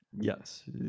Yes